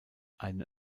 eine